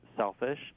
selfish